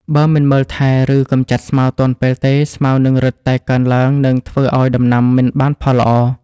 បើមិនមើលថែ ឬកម្ចាត់ស្មៅទាន់ពេលទេ ស្មៅនឹងរឹតតែកើនឡើង និងធ្វើឱ្យដំណាំមិនបានផលល្អ។